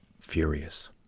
furious